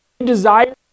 desire